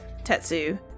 Tetsu